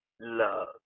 love